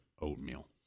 oatmeal